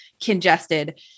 congested